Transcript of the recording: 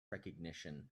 recognition